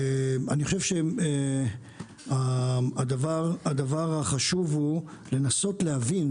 אני חושב שהדבר החשוב הוא לנסות להבין